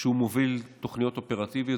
מוביל תוכניות אופרטיביות.